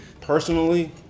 personally